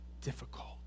difficult